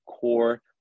core